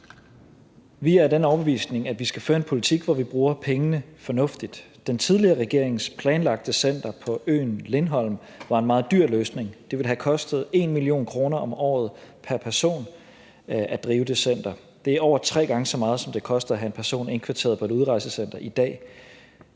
Vi er af den overbevisning, at vi skal føre en politik, hvor vi bruger pengene fornuftigt. Den tidligere regerings planlagte center på øen Lindholm var en meget dyr løsning. Det ville have kostet 1 mio. kr. om året pr. person at drive det center. Det er over tre gange så meget, som det koster at have en person indkvarteret på et udrejsecenter i dag.